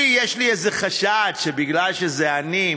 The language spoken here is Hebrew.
יש לי איזה חשד שמפני שזה אני,